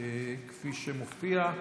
כפי שמופיע.